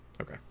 Okay